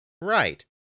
Right